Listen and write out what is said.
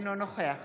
אינו נוכח